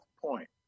point